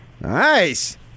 Nice